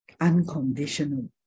unconditional